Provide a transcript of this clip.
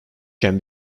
can